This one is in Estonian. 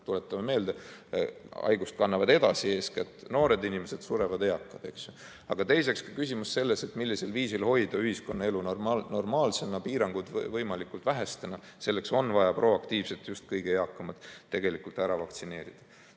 Tuletame meelde, et haigust kannavad edasi eeskätt noored inimesed, surevad aga eakad. Teiseks on küsimus ka selles, millisel viisil hoida ühiskonnaelu normaalsena, piirangud võimalikult leebed. Selleks on vaja proaktiivselt just kõige eakamad ära vaktsineerida.